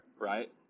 right